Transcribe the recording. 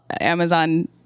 Amazon